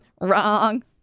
wrong